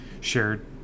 shared